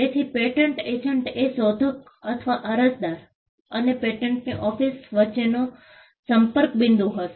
તેથી patent agent એ શોધક અથવા અરજદાર અને પેટન્ટ ઓફિસ વચ્ચેનો સંપર્ક બિંદુ હશે